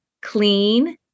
clean